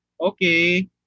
okay